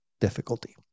difficulty